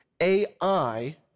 AI